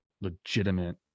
legitimate